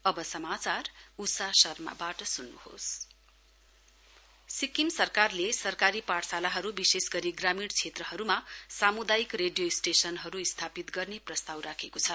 Sikkim community radio station Sikkim सरकारले सरकारी पाठशालाहरू विशेष गरी ग्रामीण क्षेत्रहरूमा सामुदायिक रेडियो स्टेशनहरू स्थापित गर्ने प्रस्ताव राखेको छ